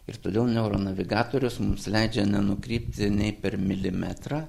ir todėl neuro navigatorius mums leidžia nenukrypti nei per milimetrą